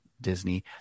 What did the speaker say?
Disney